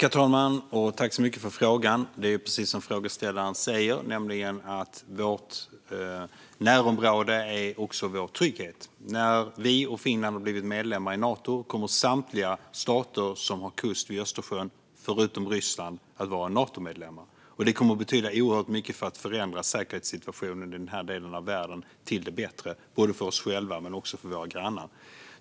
Herr talman! Tack så mycket för frågan, ledamoten! Det är precis som frågeställaren säger, nämligen att vårt närområde också är vår trygghet. När Sverige och Finland har blivit medlemmar i Nato kommer samtliga stater som har kust vid Östersjön, förutom Ryssland, att vara Natomedlemmar. Det kommer att betyda oerhört mycket för att förändra säkerhetssituationen i den här delen av världen till det bättre, både för oss själva och för våra grannar.